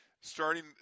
Starting